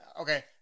Okay